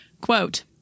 Quote